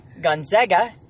Gonzaga